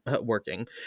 working